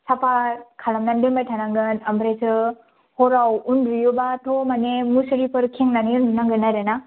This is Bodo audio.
साफा खालामनानै दोनबाय थानांगोन ओमफ्रायसो हराव उन्दुयोबाथ' माने मुसारिफोर खेंनानै उन्दुनांगोन आरो ना